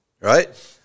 right